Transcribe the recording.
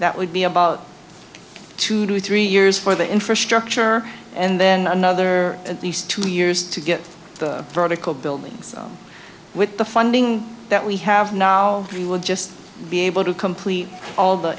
that would be about two to three years for the infrastructure and then another at least two years to get the vertical buildings with the funding that we have now we will just be able to complete all the